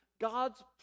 God's